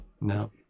No